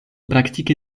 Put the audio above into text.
praktike